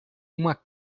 uma